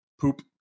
poop